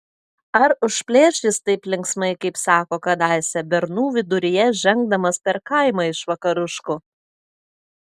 ar užplėš jis taip linksmai kaip sako kadaise bernų viduryje žengdamas per kaimą iš vakaruškų